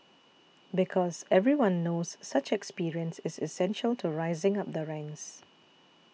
because everyone knows such experience is essential to rising up the ranks